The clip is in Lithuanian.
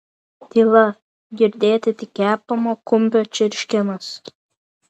tyla girdėti tik kepamo kumpio čirškimas